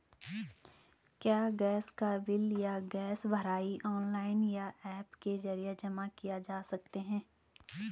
क्या गैस का बिल या गैस भराई ऑनलाइन या ऐप के जरिये जमा किये जा सकते हैं?